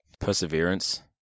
Perseverance